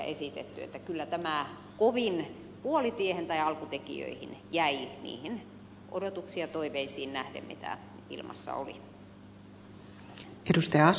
kyllä tämä kovin puolitiehen tai alkutekijöihin jäi niihin odotuksiin ja toiveisiin nähden mitä ilmassa oli